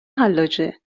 حلاجه